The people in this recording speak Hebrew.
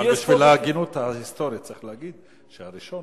אבל בשביל ההגינות ההיסטורית צריך להגיד שהראשון